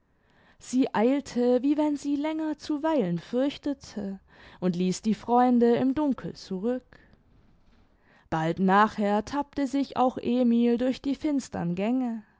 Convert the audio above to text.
sie eilte wie wenn sie länger zu weilen fürchtete und ließ die freunde im dunkel zurück bald nachher tappte sich auch emil durch die finstern